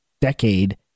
decade